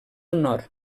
nord